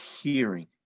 hearing